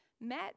met